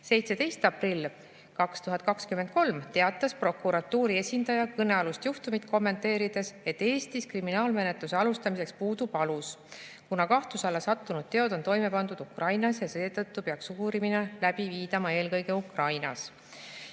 17. aprillil 2023 teatas prokuratuuri esindaja kõnealust juhtumit kommenteerides, et Eestis kriminaalmenetluse alustamiseks puudub alus, kuna kahtluse alla sattunud teod on toime pandud Ukrainas ja seetõttu peaks uurimine läbi viidama eelkõige Ukrainas.